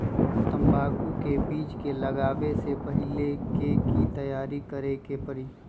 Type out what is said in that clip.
तंबाकू के बीज के लगाबे से पहिले के की तैयारी करे के परी?